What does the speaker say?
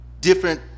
different